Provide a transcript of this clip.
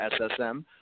SSM